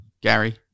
gary